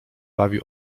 bawi